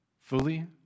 fully